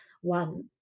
one